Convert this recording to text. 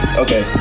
okay